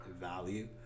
value